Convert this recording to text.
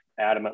adamantly